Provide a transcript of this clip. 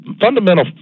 fundamental